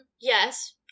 Yes